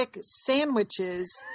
sandwiches